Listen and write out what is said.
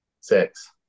Six